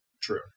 true